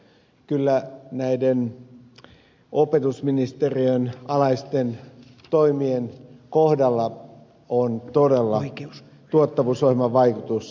kyllä näiden opetusministeriön alaisten toimien kohdalla on todella tuottavuusohjelman vaikutus